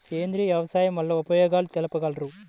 సేంద్రియ వ్యవసాయం వల్ల ఉపయోగాలు తెలుపగలరు?